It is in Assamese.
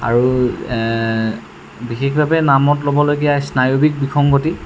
আৰু বিশেষভাৱে নামত ল'বলগীয়া স্নায়বিক বিসংগতি